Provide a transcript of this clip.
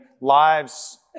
lives